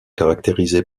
caractérisée